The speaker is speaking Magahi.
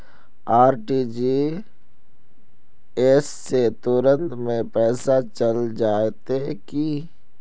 आर.टी.जी.एस से तुरंत में पैसा चल जयते की?